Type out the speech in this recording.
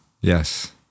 Yes